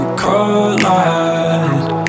collide